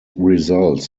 results